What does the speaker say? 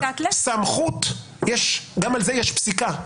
סמכות גם על זה יש פסיקה.